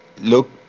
look